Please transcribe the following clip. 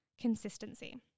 consistency